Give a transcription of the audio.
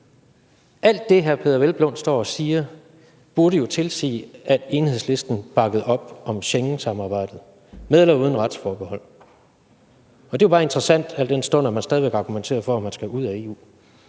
Alt det, hr. Peder Hvelplund står og siger, burde jo tilsige, at Enhedslisten bakkede op om Schengensamarbejdet – med eller uden retsforbehold. Og det er jo bare interessant, al den stund at man stadig væk argumenterer for, at Danmark skal ud af EU.